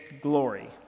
glory